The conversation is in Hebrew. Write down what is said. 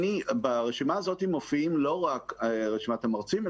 ברשימה הזאת לא מופיעה רק רשימת המרצים,